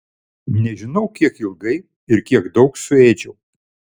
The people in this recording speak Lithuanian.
nežinau kiek ilgai ir kiek daug suėdžiau